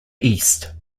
east